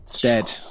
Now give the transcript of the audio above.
Dead